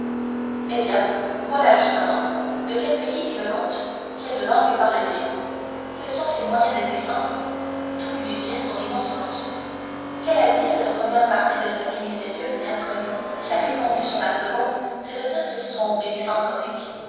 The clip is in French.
eh bien voilà justement de quel pays est le comte quelle langue parle-t-il quels sont ses moyens d'existence d'où lui vient son immense fortune quelle a été cette première partie de sa vie mystérieuse et inconnue qui a répandu sur la seconde cette teinte sombre et